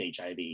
HIV